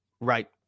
Right